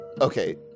Okay